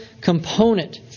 component